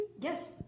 yes